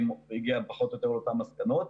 כך והגיע פחות או יותר לאותן מסקנות.